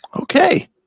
Okay